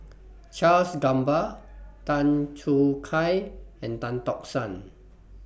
Charles Gamba Tan Choo Kai and Tan Tock San